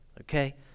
Okay